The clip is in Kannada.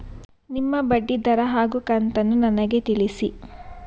ನಿಮ್ಮ ಬಡ್ಡಿದರ ಹಾಗೂ ಕಂತನ್ನು ನನಗೆ ತಿಳಿಸಿ?